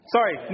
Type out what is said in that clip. Sorry